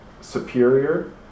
superior